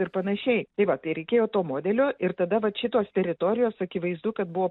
ir panašiai tai va tai reikėjo to modelio ir tada vat šitos teritorijos akivaizdu kad buvo